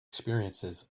experiences